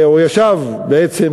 או ישב בעצם,